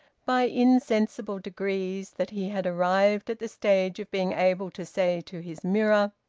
by insensible degrees, that he had arrived at the stage of being able to say to his mirror,